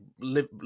live